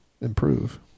improve